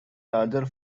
larger